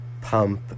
pump